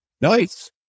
Nice